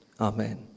Amen